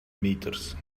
meters